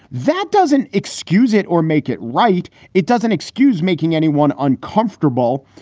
that doesn't excuse it or make it right. it doesn't excuse making anyone uncomfortable.